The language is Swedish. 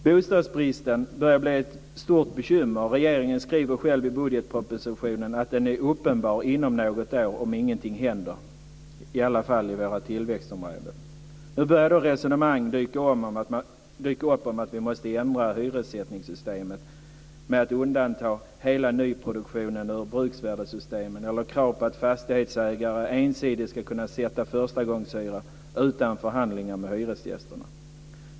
Bostadsbristen börjar att bli ett stort bekymmer. Regeringen skriver i budgetpropositionen att den kommer att bli uppenbar inom något år om ingenting händer i tillväxtområdena. Nu börjar resonemang dyka upp om att vi måste ändra hyressättningssystemet, med undantag för hela nyproduktionen och bruksvärdessystemen och även krav på att fastighetsägare ensidigt ska kunna sätta en förstagångshyra utan förhandlingar med hyresgästerna.